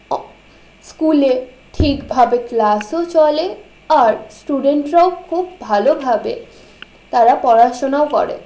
স্কুলে ঠিকভাবে ক্লাসও চলে আর স্টুডেন্টরাও খুব ভালোভাবে তারা পড়াশোনাও করে